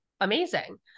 amazing